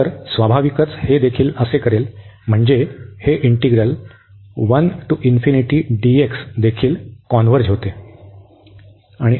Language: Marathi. तर स्वाभाविकच हे देखील असे करेल म्हणजे हे इंटीग्रल देखील कॉन्व्हर्ज होते